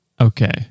Okay